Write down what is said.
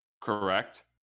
correct